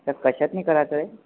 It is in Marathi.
सर कशात करायचं